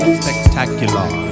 spectacular